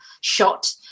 shot